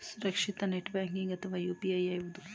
ಸುರಕ್ಷಿತ net banking ಅಥವಾ UPI ಯಾವುದು?